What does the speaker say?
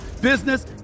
business